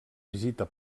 visita